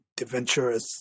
adventurous